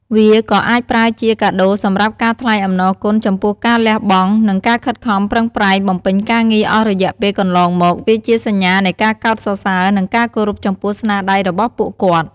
វាក៏អាចប្រើជាការដូរសម្រាប់ការថ្លែងអំណរគុណចំពោះការលះបង់ និងការខិតខំប្រឹងប្រែងបំពេញការងារអស់រយៈពេលកន្លងមក វាជាសញ្ញានៃការកោតសរសើរ និងការគោរពចំពោះស្នាដៃរបស់ពួកគាត់។